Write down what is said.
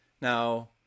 Now